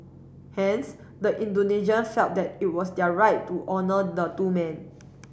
hence the Indonesian felt that it was their right to honour the two men